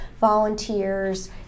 volunteers